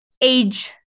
age